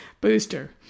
booster